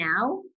now